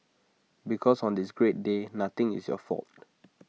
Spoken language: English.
because on this great day nothing is your fault